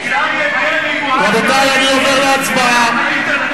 רבותי, אני עובר להצבעה.